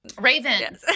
Raven